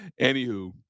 anywho